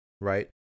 right